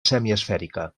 semiesfèrica